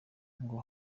ngo